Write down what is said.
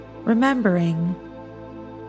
remembering